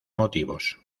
motivos